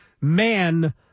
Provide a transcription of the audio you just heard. man